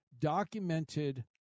documented